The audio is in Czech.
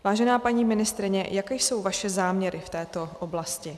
Vážená paní ministryně, jaké jsou vaše záměry v této oblasti?